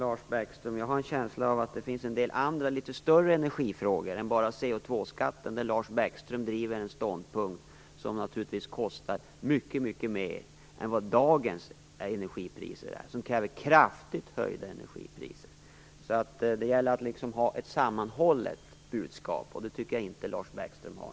Fru talman! Jag har en känsla av att det finns en del andra litet större energifrågor än bara koldioxidskatten, där Lars Bäckström driver en ståndpunkt som naturligtvis kostar mycket mer än vad dagens energipriser ger och som kräver kraftigt höjda energipriser. Det gäller att ha ett sammanhållet budskap, och det tycker jag inte att Lars Bäckström har.